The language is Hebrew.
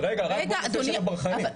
רגע אדוני,